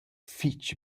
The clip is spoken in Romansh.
fich